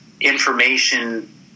information